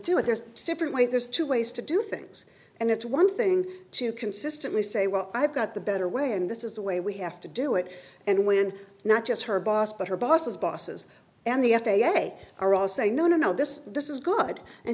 do it there's a different way there's two ways to do things and it's one thing to consistently say well i've got the better way and this is the way we have to do it and when not just her boss but her bosses bosses and the f a a are all saying no no no this is this is good and